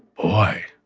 boy,